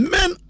Men